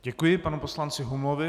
Děkuji panu poslanci Humlovi.